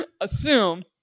assume